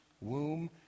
womb